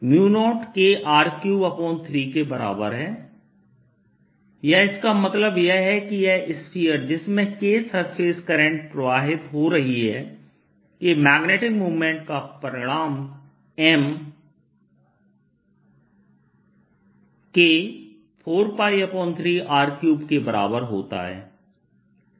0m4π 0KR33 के बराबर है या इसका मतलब यह है कि यह स्फीयर जिसमें K सरफेस करंट प्रवाहित हो रही है के मैग्नेटिक मोमेंट का परिमाण K4π3R3के बराबर होता है